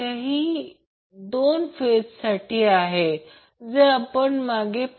तर हे शोधले आहे Ia VAN हे त्याचप्रमाणे Ib VBN हे त्याचप्रमाणे Ic VCN हे